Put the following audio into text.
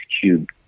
cube